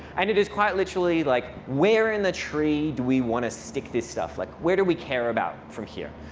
and it is quite literally like, where in the tree do we want to stick this stuff? like, where do we care about from here?